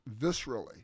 viscerally